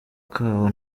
kabo